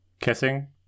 kissing